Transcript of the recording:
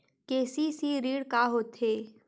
KCC ऋण का होथे?